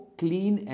clean